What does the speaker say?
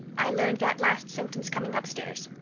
i learned that last sentence coming upstairs.